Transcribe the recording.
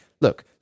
look